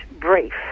brief